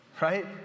right